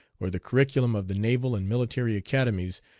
or the curriculum of the naval and military academies,